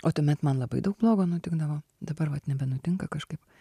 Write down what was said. o tuomet man labai daug blogo nutikdavo dabar vat nebenutinka kažkaip